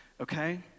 okay